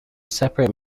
separate